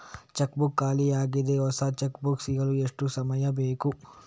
Check book ಖಾಲಿ ಯಾಗಿದೆ, ಹೊಸ ಚೆಕ್ ಬುಕ್ ಸಿಗಲು ಎಷ್ಟು ಸಮಯ ಬೇಕು?